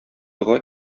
дога